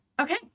Okay